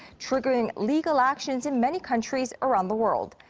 triggering legal actions in many countries around the world.